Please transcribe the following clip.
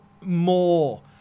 more